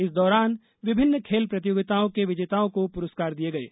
इस दौरान विभिन्न खेल प्रतियोगिताओं के विजेताओं को पुरस्कार दिये गये